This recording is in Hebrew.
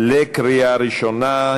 קריאה ראשונה.